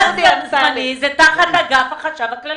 זה תחת אגף החשב הכללי.